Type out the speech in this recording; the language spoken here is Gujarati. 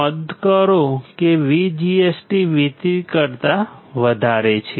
નોંધ કરો કે VGS VT કરતા વધારે છે